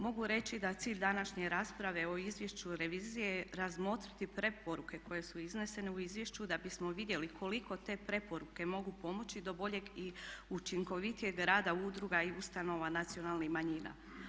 Mogu reći da je cilj današnje rasprave o izvješću revizije razmotriti preporuke koje su iznesene u izvješću da bismo vidjeli koliko te preporuke mogu pomoći do boljeg i učinkovitijeg rada udruga i ustanova nacionalnih manjina.